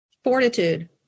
Fortitude